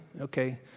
Okay